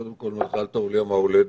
קודם כול, מזל טוב ליום הולדת.